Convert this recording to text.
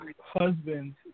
husbands